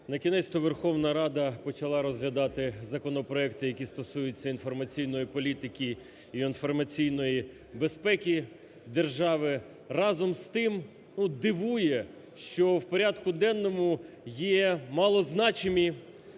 накінець-то Верховна Рада почала розглядати законопроекти, які стосуються інформаційної політики і інформаційної безпеки держави. Разом з тим дивує, що в порядку денному є мало значимі,